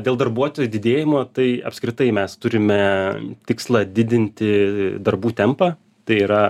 dėl darbuotojų didėjimo tai apskritai mes turime tikslą didinti darbų tempą tai yra